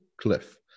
cliff